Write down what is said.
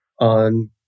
on